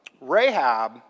Rahab